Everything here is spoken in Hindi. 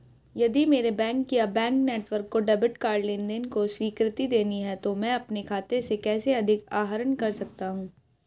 यदि मेरे बैंक या बैंक नेटवर्क को डेबिट कार्ड लेनदेन को स्वीकृति देनी है तो मैं अपने खाते से कैसे अधिक आहरण कर सकता हूँ?